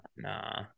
Nah